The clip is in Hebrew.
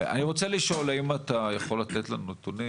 כן, אני רוצה לשאול האם אתה יכול לתת לנו נתונים